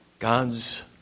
God's